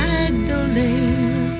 Magdalene